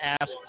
asked